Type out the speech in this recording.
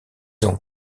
ont